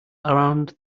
around